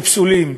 פסולים,